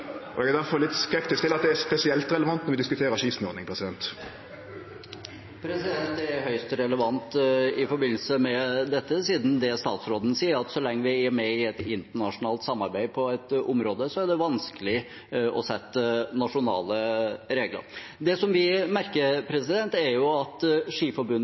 er difor litt skeptisk til at det er spesielt relevant når vi diskuterer skismurning. Det er høyst relevant i forbindelse med dette, siden statsråden sier at så lenge vi er med i et internasjonalt samarbeid på et område, er det vanskelig å lage nasjonale regler. Det vi merker, er at Skiforbundet